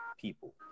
people